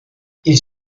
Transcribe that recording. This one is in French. ils